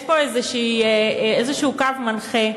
יש פה איזה קו מנחה.